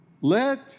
Let